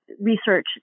research